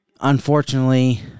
unfortunately